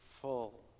full